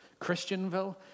Christianville